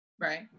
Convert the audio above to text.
Right